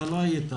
כשאתה לא היית,